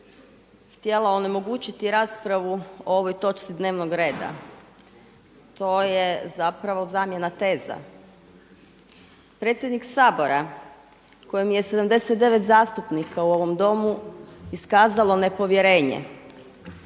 htjela onemogućiti raspravu o ovoj točci dnevnog reda. To je zapravo zamjena teza. Predsjednik Sabora kojem je 79 zastupnika u ovom Domu iskazalo nepovjerenje